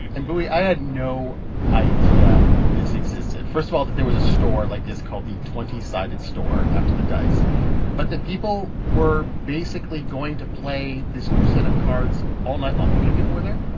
and, bui, i had no idea this existed first of all, that there was a store like this called the twenty sided store after the dice but that people were basically going to play this new set of cards all night long. how many people were there?